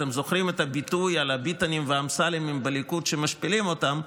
אתם זוכרים את הביטוי על הביטנים והאמסלמים בליכוד שמשפילים אותם,